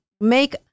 make